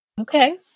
Okay